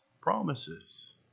promises